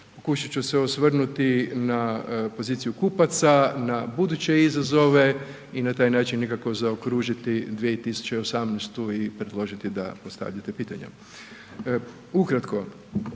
Pokušat ću se osvrnuti na poziciju kupaca, na buduće izazove i na taj način nekako zaokružiti 2018. i predložiti da postavljate pitanja. Ukratko,